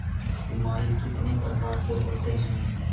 बीमारी कितने प्रकार के होते हैं?